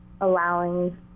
allowing